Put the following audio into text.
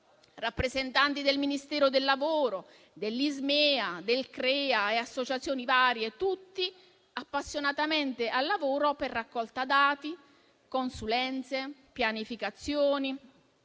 rappresentanti del Ministero del lavoro, dell'Ismea, dell'Iccrea e associazioni varie, tutti appassionatamente al lavoro per raccolta dati, consulenze, pianificazioni,